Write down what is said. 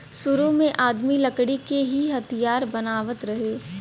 सुरु में आदमी लकड़ी के ही हथियार बनावत रहे